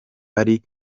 ari